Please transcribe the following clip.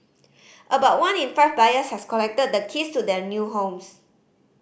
about one in five buyers has collected the keys to their new homes